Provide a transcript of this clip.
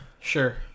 sure